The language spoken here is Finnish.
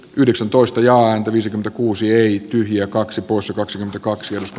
yhdeksäntoista ja antelisi kuuseen ja kaksi puusepäksi ja kaksi osku